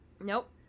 Nope